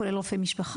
כולל רופא משפחה,